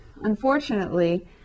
unfortunately